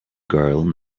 girl